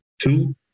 Two